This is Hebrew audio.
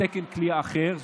תקן כליאה אחר,